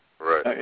Right